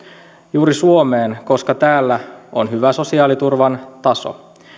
juuri suomeen koska täällä on hyvä sosiaaliturvan taso